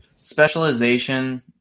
specialization